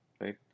right